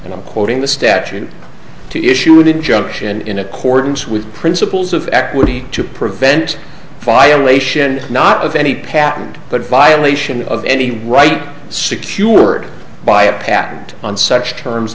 and i'm quoting the statute to issue an injunction in accordance with principles of equity to prevent violation not of any patent but violation of any right secured by a patent on such terms